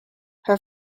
her